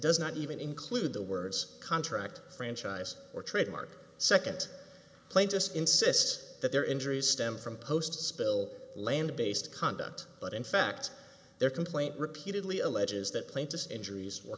does not even include the words contract franchise or trademark second plaintiffs insists that their injuries stem from post spill land based conduct but in fact their complaint repeatedly alleges that plaintiff injuries were